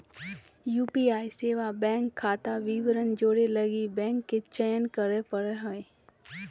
UPI सेवा bank खाता विवरण जोड़े लगी बैंक के चयन करे पड़ो हइ